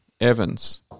Evans